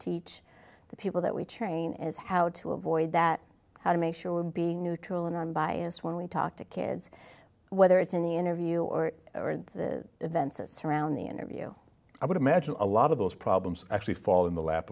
teach the people that we train is how to avoid that how to make sure we're being neutral and unbiased when we talk to kids whether it's in the interview or or the events around the interview i would imagine a lot of those problems actually fall in the lap